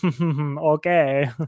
Okay